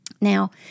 Now